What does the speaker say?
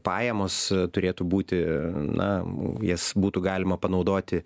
pajamos turėtų būti na jas būtų galima panaudoti